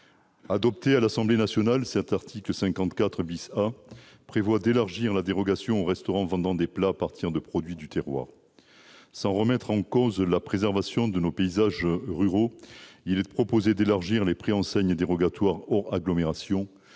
Adopté par l'Assemblée nationale, l'article 54 A prévoit d'élargir la dérogation aux restaurants vendant des plats fabriqués à partir de produits du terroir. Sans remettre en cause la préservation de nos paysages ruraux, il est proposé d'élargir les préenseignes dérogatoires hors agglomération